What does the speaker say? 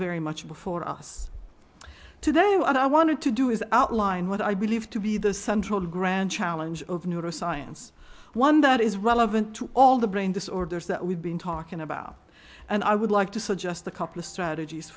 very much before us today what i wanted to do is outline what i believe to be the central grand challenge of neuroscience one that is relevant to all the brain disorders that we've been talking about and i would like to suggest a couple of strategies